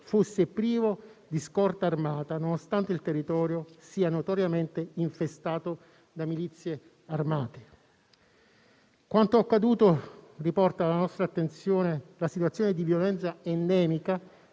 fosse privo di scorta armata nonostante il territorio sia notoriamente infestato da milizie armate. Quanto accaduto riporta alla nostra attenzione la situazione di violenza endemica